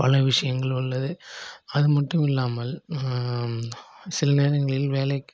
பல விஷயங்கள் உள்ளது அது மட்டும் இல்லாமல் சில நேரங்களில் வேலைக்கு